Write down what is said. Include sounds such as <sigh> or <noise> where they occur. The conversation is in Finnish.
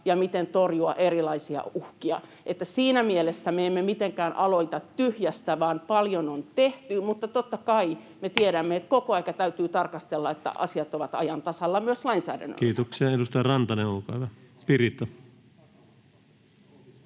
ja miten torjua erilaisia uhkia. Siinä mielessä me emme mitenkään aloita tyhjästä, vaan paljon on tehty, mutta totta kai me tiedämme, <noise> että koko ajan täytyy tarkastella, että asiat ovat ajan tasalla myös lainsäädännön osalta. Kiitoksia. — Edustaja Rantanen, Piritta,